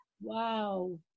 wow